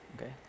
Okay